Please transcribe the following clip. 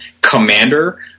Commander